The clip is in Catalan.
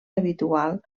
habitual